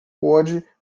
pode